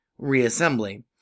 Reassembly